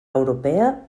europea